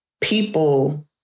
people